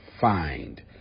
find